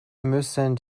müssen